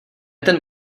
ten